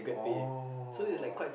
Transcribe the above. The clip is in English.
oh